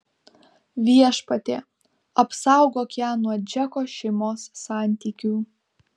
viešpatie apsaugok ją nuo džeko šeimos santykių